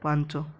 ପାଞ୍ଚ